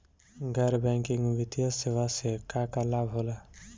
गैर बैंकिंग वित्तीय सेवाएं से का का लाभ होला?